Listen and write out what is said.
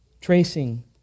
tracing